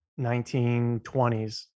1920s